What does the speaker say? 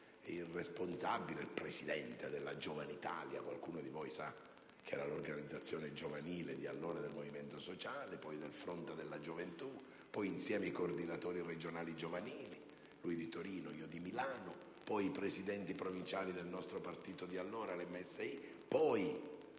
il responsabile, il presidente della Giovane Italia (qualcuno di voi sa che era l'organizzazione giovanile del Movimento Sociale) e poi del Fronte della Gioventù; siamo stati insieme coordinatori regionali giovanili, lui di Torino e io di Milano, poi presidenti provinciali del nostro partito di allora, il MSI, infine,